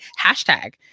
hashtag